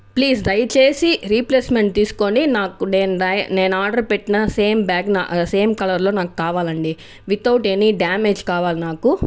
please దయచేసి replacement తీసుకోని నాకు నేను ఆర్డర్ పెట్టిన సేమ్ బ్యాగ్ సేమ్ కలర్లో నాకు కావాలి అండీ వితౌట్ ఎనీ డ్యామేజ్ కావాలి నాకు